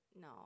no